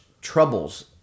Troubles